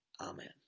Amen